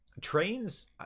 trains